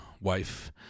wife